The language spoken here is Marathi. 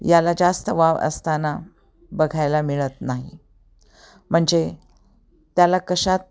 याला जास्त वाव असताना बघायला मिळत नाही म्हणजे त्याला कशात